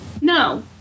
No